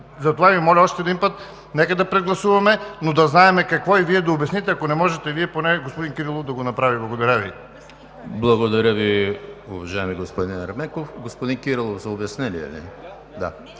Затова Ви моля още един път – нека да прегласуваме, но да знаем какво и Вие да обясните, ако не можете Вие, поне господин Кирилов да го направи. Благодаря Ви. ПРЕДСЕДАТЕЛ ЕМИЛ ХРИСТОВ: Благодаря Ви, уважаеми господин Ерменков. Господин Кирилов – за обяснение ли? Но